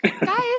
guys